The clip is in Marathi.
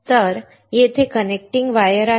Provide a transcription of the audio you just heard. तर येथे कनेक्टिंग वायर आहेत